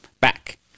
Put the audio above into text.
back